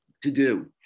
to-do